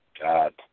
God